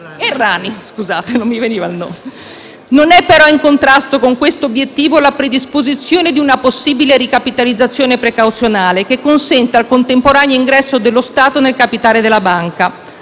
Non è però in contrasto con quest'obiettivo la predisposizione di una possibile ricapitalizzazione precauzionale, che consenta il contemporaneo ingresso dello Stato nel capitale della banca.